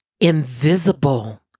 invisible